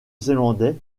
zélandais